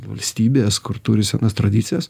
valstybės kur turi senas tradicijas